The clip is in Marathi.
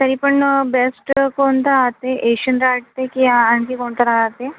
तरी पण बेस्ट कोणता राहते एशियन राहते की आणखी कोणता राहते